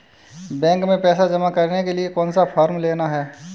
Bank में पैसा जमा करने के लिए कौन सा फॉर्म लेना है?